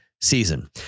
season